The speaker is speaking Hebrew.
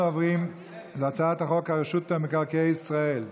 אנחנו עוברים להצעת חוק רשות מקרקעי ישראל (תיקון,